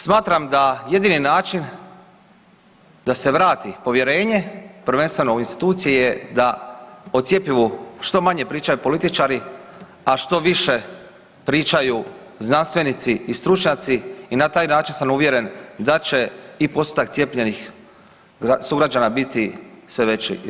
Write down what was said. Smatram da jedini način da se vrati povjerenje prvenstveno u institucije da o cjepivu što manje pričaju političari, a što više pričaju znanstvenici i stručnjaci i na taj način sam uvjeren da će i postotak cijepljenih sugrađana biti sve veći i veći.